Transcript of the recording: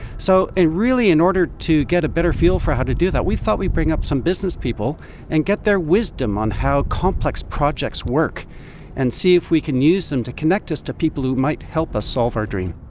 so really in order to get a better feel for how to do that we thought we'd bring up some businesspeople and get their wisdom on how complex projects work and see if we can use them to connect us to people who might help us solve our dream.